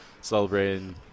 celebrating